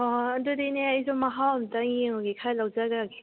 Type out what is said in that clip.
ꯍꯣꯏ ꯍꯣꯏ ꯍꯣꯏ ꯑꯗꯨꯗꯤ ꯏꯅꯦ ꯑꯩꯁꯨ ꯃꯍꯥꯎ ꯑꯃꯇ ꯌꯦꯡꯎꯒꯦ ꯈꯔꯥ ꯂꯧꯖꯈ꯭ꯔꯒꯦ